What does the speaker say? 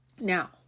Now